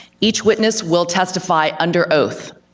each witness will testify under oath.